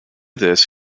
this